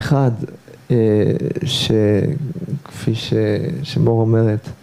‫אחד שכפי שמור אומרת,